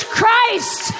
Christ